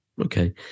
okay